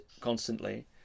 constantly